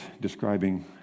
describing